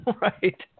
Right